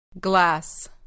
Glass